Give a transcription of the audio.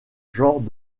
genres